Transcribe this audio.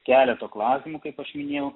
keleto klausimų kaip aš minėjau